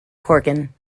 corgan